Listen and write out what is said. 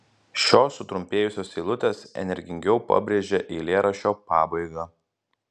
šios sutrumpėjusios eilutės energingiau pabrėžia eilėraščio pabaigą